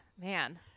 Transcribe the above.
man